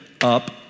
up